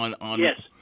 Yes